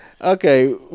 Okay